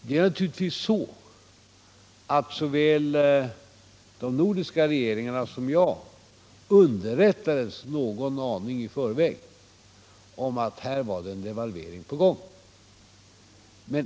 Det är naturligtvis så att såväl de nordiska regeringarna som jag underrättades någon aning i förväg om att det var en devalvering på gång.